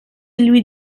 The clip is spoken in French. lui